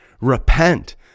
Repent